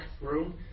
room